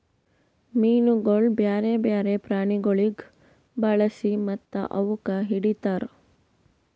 ಮೀನುಗೊಳ್ ಬ್ಯಾರೆ ಬ್ಯಾರೆ ಪ್ರಾಣಿಗೊಳಿಗ್ ಬಳಸಿ ಮತ್ತ ಅವುಕ್ ಹಿಡಿತಾರ್